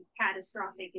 catastrophic